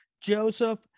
Joseph